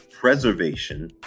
preservation